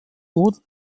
wurden